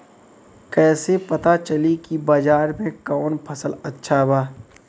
कैसे पता चली की बाजार में कवन फसल अच्छा बा?